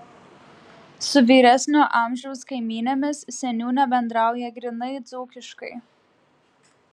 su vyresnio amžiaus kaimynėmis seniūnė bendrauja grynai dzūkiškai